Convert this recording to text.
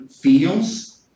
feels